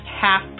half